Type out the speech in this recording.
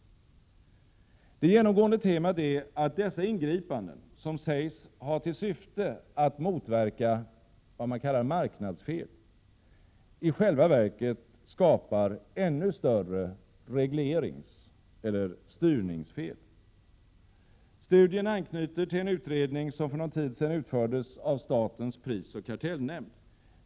Det genomgående temat är att dessa ingripanden, som sägs ha till syfte att motverka vad man kallar marknadsfel, i själva verket skapar ännu större regleringseller styrningsfel. Studien anknyter till en utredning som för någon tid sedan utfördes av statens prisoch kartellnämnd.